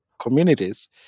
communities